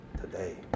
today